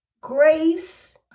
grace